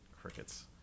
crickets